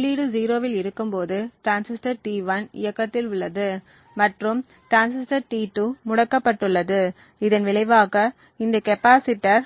உள்ளீடு 0 இல் இருக்கும்போது டிரான்சிஸ்டர் T1 இயக்கத்தில் உள்ளது மற்றும் டிரான்சிஸ்டர் T2 முடக்கப்பட்டுள்ளது இதன் விளைவாக இந்த கெப்பாசிட்டர்